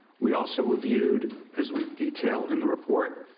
we also reviewed, as we've detailed in the report,